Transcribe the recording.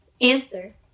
Answer